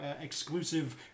exclusive